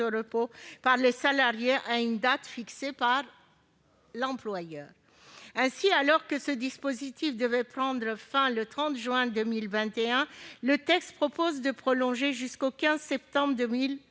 de repos par les salariés à une date fixée par l'employeur. Ainsi, alors que ce dispositif devait prendre fin le 30 juin 2021, le texte tend à le prolonger jusqu'au 15 septembre 2021.